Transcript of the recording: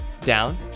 down